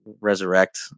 resurrect